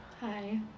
Hi